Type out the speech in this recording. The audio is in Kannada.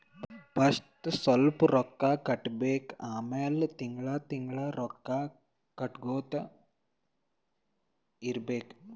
ಫಸ್ಟ್ ಸ್ವಲ್ಪ್ ರೊಕ್ಕಾ ಕಟ್ಟಬೇಕ್ ಆಮ್ಯಾಲ ತಿಂಗಳಾ ತಿಂಗಳಾ ರೊಕ್ಕಾ ಕಟ್ಟಗೊತ್ತಾ ಇರ್ಬೇಕ್